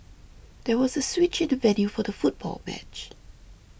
there was a switch in the venue for the football match